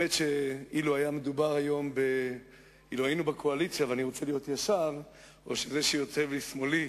לו היינו בקואליציה, או שזה שיושב לשמאלי,